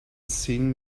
seeing